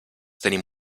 tenim